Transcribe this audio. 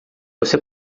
você